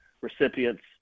recipients